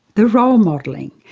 the role modelling,